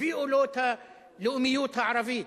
הביאו לו את הלאומיות הערבית,